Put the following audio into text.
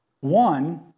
One